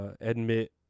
admit